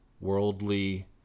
worldly